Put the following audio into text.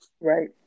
right